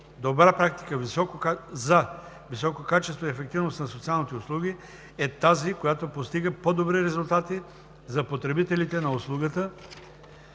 „Добра практика за високо качество и ефективност на социалните услуги“ е тази, която постига по-добри резултати за потребителите на услугата